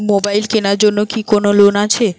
Mobile কেনার জন্য কি কোন লোন আছে?